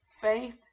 Faith